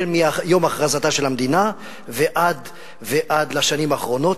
מיום הכרזתה של המדינה ועד לשנים האחרונות,